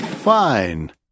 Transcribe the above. Fine